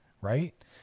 right